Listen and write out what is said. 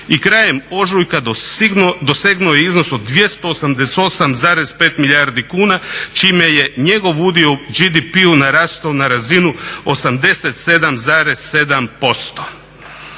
i krajem ožujka dosegnuo je iznos od 288,5 milijardi kuna čime je njegov udio u BDP-u narastao na razinu 87,7%.